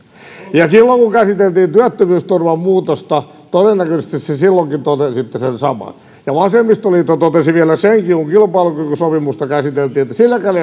ja silloin kun käsiteltiin työttömyysturvan muutosta todennäköisesti te silloinkin totesitte sen saman vasemmistoliitto totesi vielä senkin kun kilpailukykysopimusta käsiteltiin että silläkään